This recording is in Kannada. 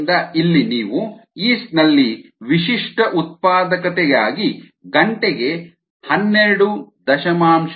025gl 1h 1 ಆದ್ದರಿಂದ ಇಲ್ಲಿ ನೀವು ಯೀಸ್ಟ್ ನಲ್ಲಿ ವಿಶಿಷ್ಟ ಉತ್ಪಾದಕತೆಯಾಗಿ ಗಂಟೆಗೆ 12